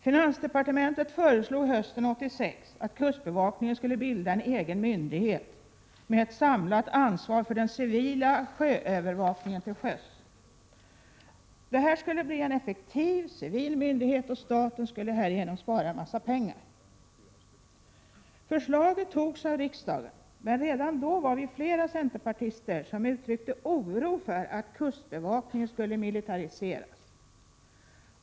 Finansdepartementet föreslog hösten 1986 att kustbevakningen skulle bilda en egen myndighet med samlat ansvar för den civila sjöövervakningen. Detta skulle bli en effektiv civil myndighet och staten skulle därigenom spara en massa pengar. Förslaget antogs av riksdagen, men redan då var vi flera centerpartister som uttryckte oro för att kustbevakningen skulle militariseras.